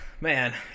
Man